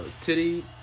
Titty